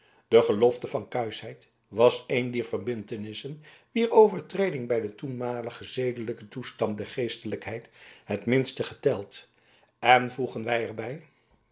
de gelofte van kuischheid was een dier verbintenissen wier overtreding bij den toenmaligen zedelijken toestand der geestelijkheid het minste geteld en voegen wij er